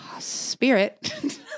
spirit